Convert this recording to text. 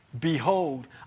Behold